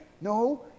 No